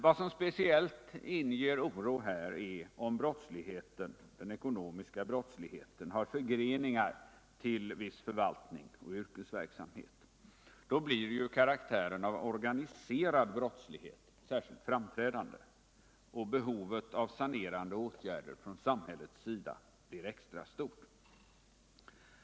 Vad som speciellt inger oro är om den ekonomiska brottsligheten har förgreningar till viss förvaltnings-och Nr 148 yrkesverksamhet. I så fall blir ju karaktären av organiserad brottslighet särskilt framträdande och behovet av sanerande åtgärder från samhällets sida extra stort.